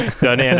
done